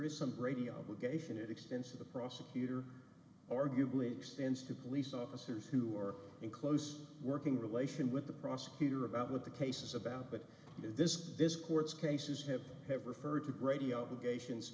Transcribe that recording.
is some brady obligation it extends to the prosecutor arguably extends to police officers who are in close working relation with the prosecutor about what the case is about but this this court's cases have have referred